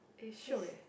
eh shiok eh